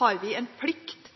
har vi en plikt